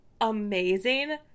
Amazing